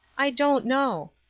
i don't know.